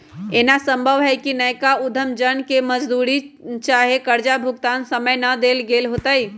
एना संभव हइ कि नयका उद्यम जन के मजदूरी चाहे कर्जा भुगतान समय न देल गेल होतइ